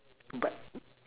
but